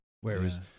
whereas